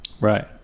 Right